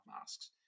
masks